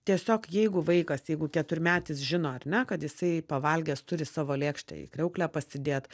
tiesiog jeigu vaikas jeigu keturmetis žino ar ne kad jisai pavalgęs turi savo lėkštę į kriauklę pasidėt